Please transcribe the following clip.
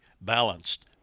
balanced